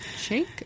Shake